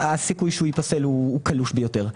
הסיכוי שהוא ייפסל הוא קלוש ביותר.